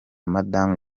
madame